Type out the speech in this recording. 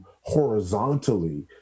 horizontally